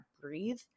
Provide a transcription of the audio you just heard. breathe